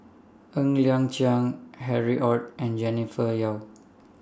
Ng Liang Chiang Harry ORD and Jennifer Yeo